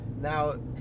Now